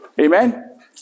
Amen